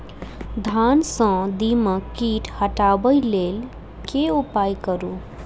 धान सँ दीमक कीट हटाबै लेल केँ उपाय करु?